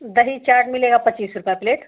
दही चाट मिलेगा पच्चीस रुपया प्लेट